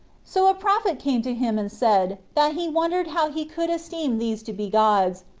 so a prophet came to him, and said, that he wondered how he could esteem these to be gods,